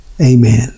Amen